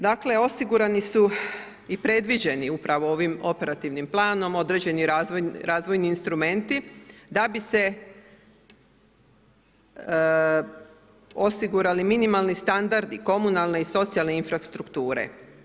Dakle, osigurani su i predviđeni upravo ovim operativnim planom određeni razvojni instrumenti da bi se osigurali minimalni standardi komunalne i socijalne infrastrukture.